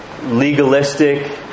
legalistic